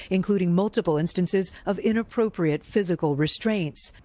including multiple instances of inappropriate physical restraint.